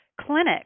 clinic